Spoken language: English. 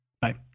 Bye